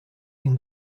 can